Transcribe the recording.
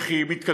איך היא מתקדמת,